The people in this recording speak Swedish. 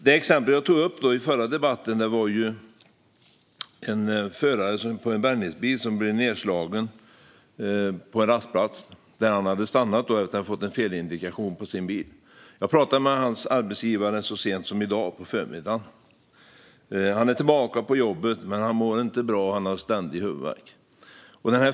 Det exempel jag tog upp i förra debatten var en bärgningsbilförare som blev nedslagen på en rastplats där han hade stannat efter att han fått en felindikation på sin bil. Jag pratade med hans arbetsgivare så sent som i dag på förmiddagen. Föraren är tillbaka på jobbet, men han mår inte bra. Han har ständig huvudvärk.